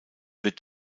wird